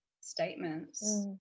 statements